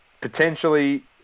Potentially